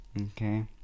okay